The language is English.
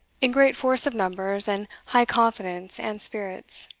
in great force of numbers and high confidence and spirits.